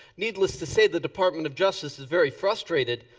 needless to say the department of justice is very frustrated.